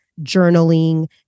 journaling